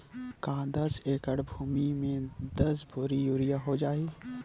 का दस एकड़ भुमि में दस बोरी यूरिया हो जाही?